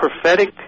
prophetic